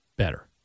better